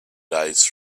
days